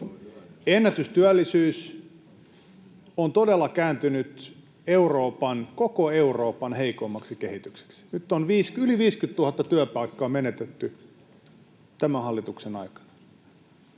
Ennätystyöllisyys on todella kääntynyt Euroopan — koko Euroopan — heikoimmaksi kehitykseksi. Nyt on yli 50 000 työpaikkaa menetetty tämän hallituksen aikana.